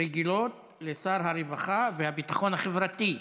רגילות לשר הרווחה והביטחון החברתי,